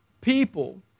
People